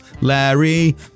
larry